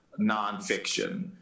nonfiction